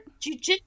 jujitsu